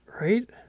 Right